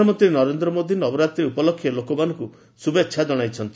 ପ୍ରଧାନମନ୍ତ୍ରୀ ନରେନ୍ଦ୍ର ମୋଦି ନବରାତ୍ରି ଉପଲକ୍ଷେ ଲୋକମାନଙ୍କୁ ଶୁଭେଛା ଜଣାଇଛନ୍ତି